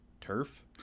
turf